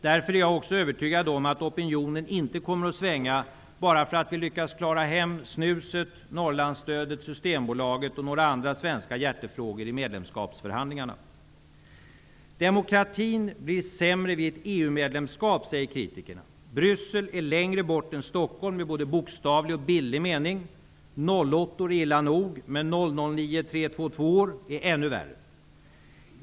Därför är jag också övertygad om att opinionen inte kommer att svänga bara för att vi lyckas klara hem snuset, Norrlandsstödet, Systembolaget och några andra svenska hjärtefrågor i medlemskapsförhandlingarna. Kritikerna säger att demokratin blir sämre vid ett EU-medlemskap. Bryssel ligger längre bort än Stockholm i både bokstavlig och bildlig mening. 08 or är illa nog, men 009322-or är ännu värre.